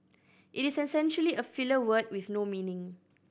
it is essentially a filler word with no meaning